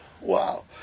Wow